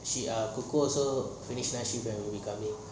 cuco also finish will be coming